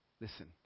listen